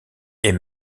est